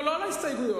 לא על ההסתייגויות,